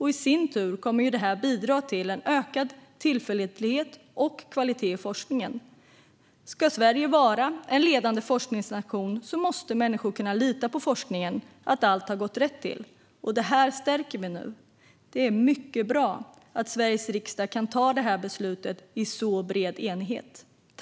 I sin tur kommer detta att bidra till en ökad tillförlitlighet och kvalitet i forskningen. Ska Sverige vara en ledande forskningsnation måste människor kunna lita på forskningen - på att allt har gått rätt till. Detta stärker vi nu. Det är mycket bra att Sveriges riksdag kan ta detta beslut i så bred enighet.